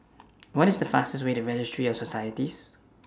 What IS The fastest Way to Registry of Societies